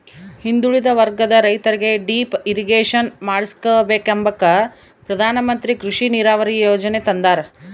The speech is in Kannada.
ಹಿಂದುಳಿದ ವರ್ಗದ ರೈತರಿಗೆ ಡಿಪ್ ಇರಿಗೇಷನ್ ಮಾಡಿಸ್ಕೆಂಬಕ ಪ್ರಧಾನಮಂತ್ರಿ ಕೃಷಿ ನೀರಾವರಿ ಯೀಜನೆ ತಂದಾರ